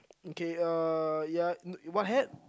okay uh ya what hat